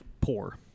poor